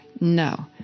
No